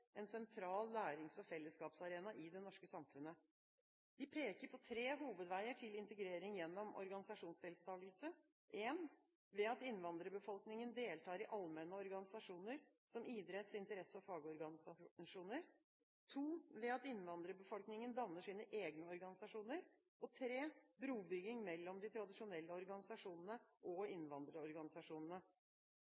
en sentral lærings- og fellesskapsarena i det norske samfunnet. De peker på tre hovedveier til integrering gjennom organisasjonsdeltakelse: ved at innvandrerbefolkningen deltar i allmenne organisasjoner som idretts-, interesse- og fagorganisasjoner ved at innvandrerbefolkningen danner sine egne organisasjoner brobygging mellom de tradisjonelle organisasjonene og